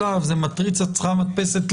האוויר, הים או היבשה.